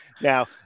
Now